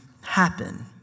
happen